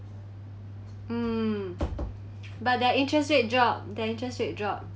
mm but their interest rate drop their interest rate drop